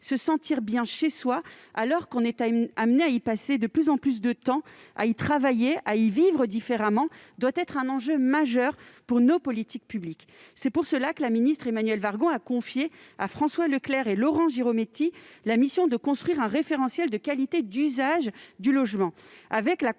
Se sentir bien chez soi, alors que l'on est amené à y passer de plus en plus de temps, à y travailler, à y vivre différemment, doit être un enjeu majeur pour nos politiques publiques. C'est pour cela que la ministre Emmanuelle Wargon a confié à François Leclercq et Laurent Girometti la mission de construire un référentiel de la qualité d'usage du logement,